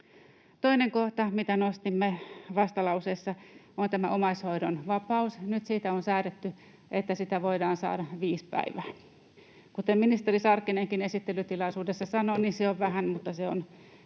Toinen kohta, minkä nostimme vastalauseessa, on tämä omaishoidon vapaus. Nyt siitä on säädetty, että sitä voidaan saada viisi päivää. Kuten ministeri Sarkkinenkin esittelytilaisuudessa sanoi, niin se on vähän, mutta se on